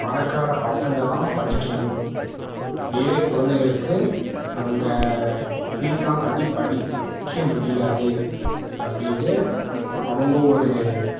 பணக்கார பசங்கள் தான் படிக்கணும் ஏழை குழந்தைகளுக்கு அங்கே ஃபீஸெலாம் கட்டி படிக்க முடியாது அப்படின்ட்டு அவங்க ஒரு